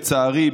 לצערי,